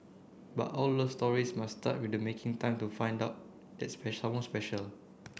but all love stories must start with making time to find all that special someone special